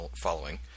following